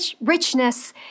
richness